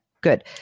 good